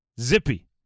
zippy